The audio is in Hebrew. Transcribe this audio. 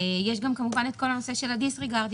יש גם כמובן את כל הנושא של הדיסריגרדינג,